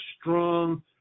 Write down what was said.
strong